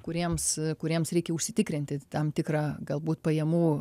kuriems kuriems reikia užsitikrinti tam tikrą galbūt pajamų